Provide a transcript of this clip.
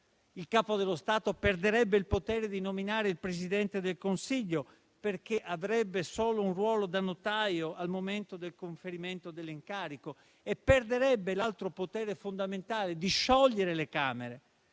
il Capo dello Stato perderebbe il potere di nominare il Presidente del Consiglio perché avrebbe solo un ruolo da notaio al momento del conferimento dell'incarico, e perderebbe l'altro potere fondamentale di sciogliere le Camere.